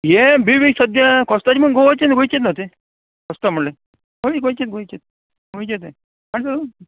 हें बिबीक सद्या कोस्ताचे म्हूण गोंयचे गोंयचेच न्हू ते कोस्ता म्हणले हयी गोंयचेत गोंयचे गोंयचें ते